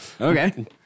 Okay